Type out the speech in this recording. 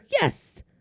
Yes